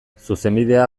zuzenbidea